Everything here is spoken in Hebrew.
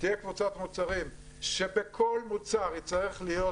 תהיה קבוצת מוצרים שבכל מוצר יצטרך להיות